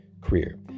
career